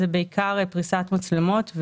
זה בעיקר פריסת מצלמות,